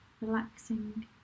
relaxing